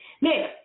Now